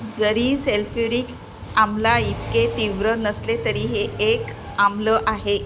जरी सेल्फ्युरिक आम्ल इतके तीव्र नसले तरी हे एक आम्ल आहे